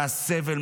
מהסבל,